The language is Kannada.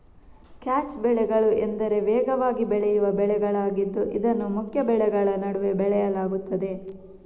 ಕ್ಯಾಚ್ ಬೆಳೆಗಳು ಎಂದರೆ ವೇಗವಾಗಿ ಬೆಳೆಯುವ ಬೆಳೆಗಳಾಗಿದ್ದು ಇದನ್ನು ಮುಖ್ಯ ಬೆಳೆಗಳ ನಡುವೆ ಬೆಳೆಯಲಾಗುತ್ತದೆ